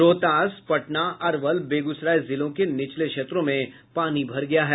रोहतास भोजपुर पटना अरवल बेगुसराय जिलों के निचले क्षेत्रों में पानी भर गया है